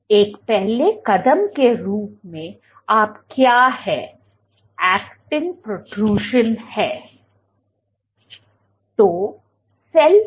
एक पहले कदम के रूप में आप क्या है ऐक्टिन पॊ़ट्रट्यूशन है